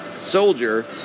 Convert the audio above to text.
soldier